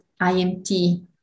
IMT